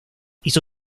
hizo